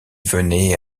venait